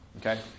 Okay